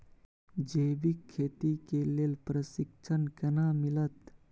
जैविक खेती के लेल प्रशिक्षण केना मिलत?